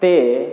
ते